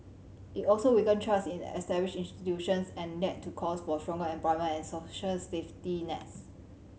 it also weakened trust in established institutions and led to calls for stronger employment and social safety nets